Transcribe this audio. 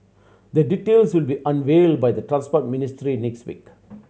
the details will be unveiled by the Transport Ministry next week